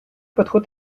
подход